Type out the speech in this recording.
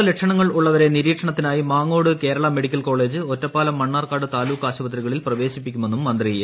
രോഗലക്ഷണങ്ങൾ ഉള്ളവരെ നിരീക്ഷണത്തിനായി മാങ്ങോട് കേരള മെഡിക്കൽ കോളെജ് ഒറ്റപ്പാലം മണ്ണാർക്കാട് താലൂക്കാശുപത്രികളിൽ പ്രവേശിപ്പിക്കുമെന്നും മന്ത്രി എ